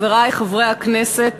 חברי חברי הכנסת,